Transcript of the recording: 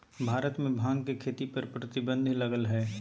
भारत में भांग के खेती पर प्रतिबंध लगल हइ